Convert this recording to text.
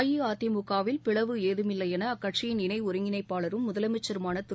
அஇஅதிமுகவில் பிளவு ஏதமில்லை என அக்கட்சியின் இணை ஒருங்கிணைப்பாளரும் முதலமைச்சருமான திரு